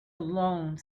alone